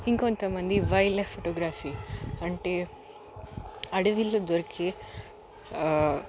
ఇంకొంత మంది wildlife photography అంటే అడవిలో దొరికే